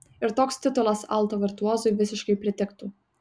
ir toks titulas alto virtuozui visiškai pritiktų